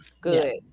Good